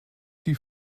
die